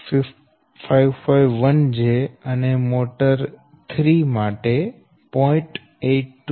551 pu અને motor 3 માટે j0